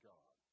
God